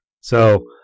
So-